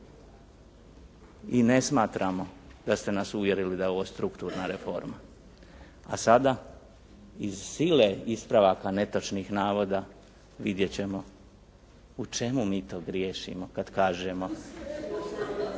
I ne smatramo da ste nas uvjerili da je ovo strukturna reforma. A sada iz sile ispravaka netočnih navoda, vidjet ćemo u čemu mi to griješimo kada kažemo